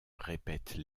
répètent